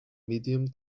medium